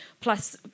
Plus